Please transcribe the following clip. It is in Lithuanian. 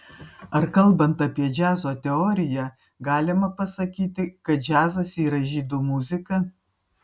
ar kalbant apie džiazo teoriją galima pasakyti kad džiazas yra žydų muzika